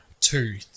two